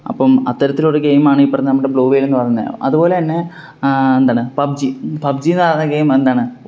അപ്പം അത്തരത്തിലൊരു ഗെയിമാണ് ഈ പറഞ്ഞ നമ്മുടെ ബ്ലൂ വെയിലെന്ന് പറയുന്നത് അതുപോലെ തന്നെ എന്താണ് പബ്ജി പബ്ജി എന്ന് പറഞ്ഞ ഗെയിം എന്താണ്